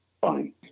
fine